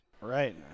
Right